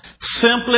Simply